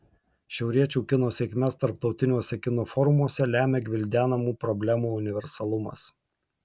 šiauriečių kino sėkmes tarptautiniuose kino forumuose lemia gvildenamų problemų universalumas